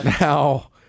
Now